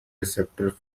receptor